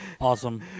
Awesome